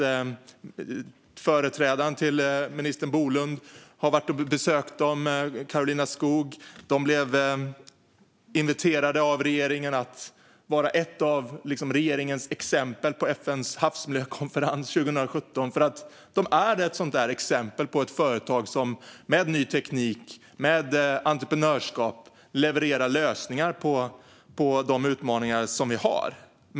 En företrädare till minister Bolund, Karolina Skog, har varit och besökt dem. De inviterades av regeringen till FN:s havsmiljökonferens 2017, eftersom de är ett exempel på ett företag som med ny teknik och entreprenörskap levererar lösningar på de utmaningar som vi har.